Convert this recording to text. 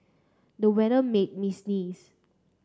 the weather made me sneeze